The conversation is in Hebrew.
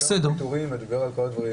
בדיקות פעמיים בשבוע בדיקת אנטיגן.